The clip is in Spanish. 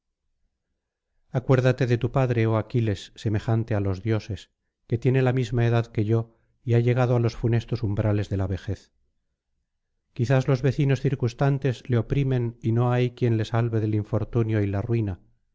acuérdate de tu padre oh aquiles semejante á los dioses que tiene la misma edad que yo y ha llegado á los funestos umbrales de la vejez quizás los vecinos circunstantes le oprimen y no hay quien le salve del infortunio y la ruina